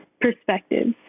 perspectives